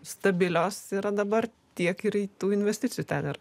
stabilios yra dabar tiek ir tų investicijų ten